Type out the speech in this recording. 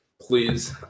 Please